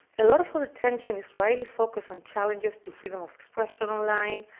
a lot of our tension is rightly focused on challenges to freedom of expression online,